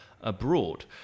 abroad